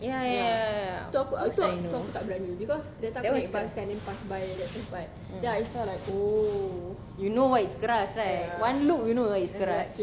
ya ya ya ya I know mm you know what is keras right one look you know that is keras